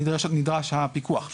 נדרש הפיקוח.